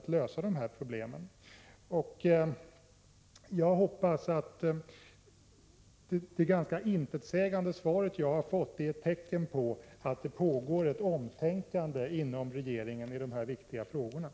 När avser justitieministern att fullfölja regeringsbeslutet av den 16 januari 1986 om att tillkalla en samrådsgrupp för sårbarhetsfrågor på ADB området?